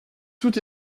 tout